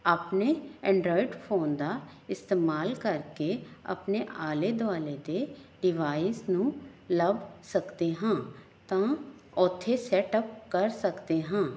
ਆਪਣੇ Android phone ਦਾ ਇਸਤੇਮਾਲ ਕਰਕੇ ਆਪਣੇ ਆਲੇ ਦੁਆਲੇ ਦੇ ਡਿਵਾਈਸ ਨੂੰ ਲੱਭ ਸਕਦੇ ਹਾਂ ਤਾਂ ਉੱਥੇ ਸੈਟ ਅਪ ਕਰ ਸਕਦੇ ਹਾਂ